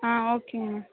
ah okay ma'am